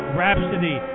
Rhapsody